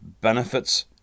benefits